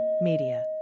Media